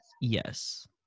Yes